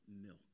milk